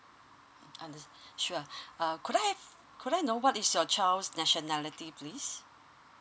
under~ uh sure could I could I know what is your child's nationality please